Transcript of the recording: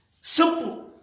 simple